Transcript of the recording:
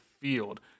field